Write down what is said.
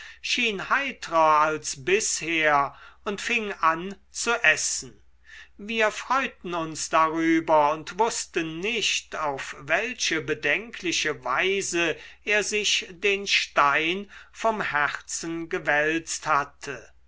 schien heitrer als bisher und fing an zu essen wir freuten uns darüber und wußten nicht auf welche bedenkliche weise er sich den stein vom herzen gewälzt hatte